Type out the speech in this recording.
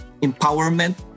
empowerment